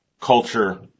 culture